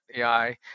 AI